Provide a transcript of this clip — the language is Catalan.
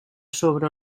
sobre